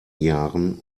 jahren